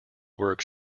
works